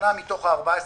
8% מתוך ה-14.8%.